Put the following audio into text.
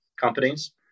companies